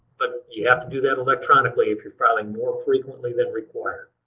but you have to do that electronically if you're filing more frequently than required.